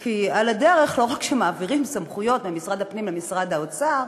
כי על הדרך לא רק מעבירים סמכויות ממשרד הפנים למשרד האוצר